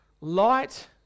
light